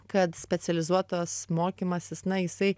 kad specializuotas mokymasis na jisai